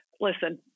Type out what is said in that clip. listen